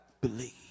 believe